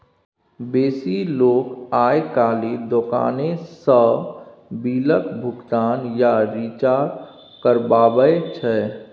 बेसी लोक आइ काल्हि दोकाने सँ बिलक भोगतान या रिचार्ज करबाबै छै